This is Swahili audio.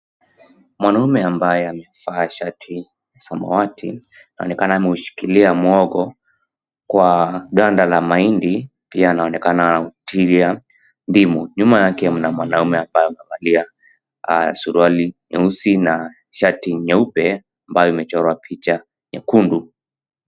Mwanaume ambaye amevaa shati samawati anaonekana ameushikilia muhogo kwa ganda la mahindi pia anaonekana anautiria ndimu. Nyuma yake mna mwanaume ambaye amevalia suruali nyeusi na shati nyeupe ambayo imechorwa picha nyekundu.